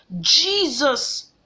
Jesus